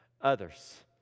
others